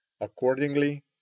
Accordingly